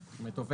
ערך.